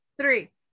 three